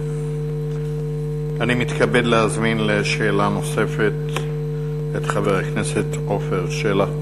אני מתכבד להזמין לשאלה נוספת את חבר הכנסת עפר שלח.